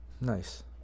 Nice